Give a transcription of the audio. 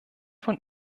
von